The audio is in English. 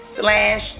slash